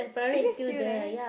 is it still there